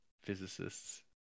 physicists